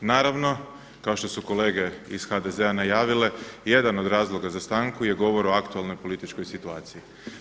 Naravno kao što su kolege iz HDZ-a najavile jedan od razloga za stanku je govor o aktualnoj političkoj situaciji.